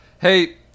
Hey